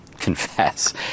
confess